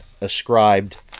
ascribed